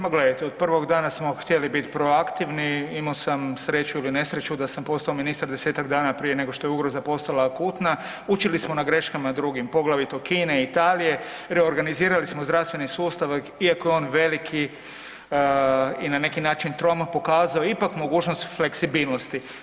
Ma gledajte, od prvog dana smo htjeli bit proakivni, imao sam sreću ili nesreću da sam postao ministar 10-tak dana prije nego što je ugroza postala akutna, učili smo na greškama drugim, poglavito Kine, Italije, reorganizirali smo zdravstveni sustav iako je on veliki i na neki način trom, pokazao je ipak mogućnost fleksibilnosti.